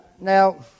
Now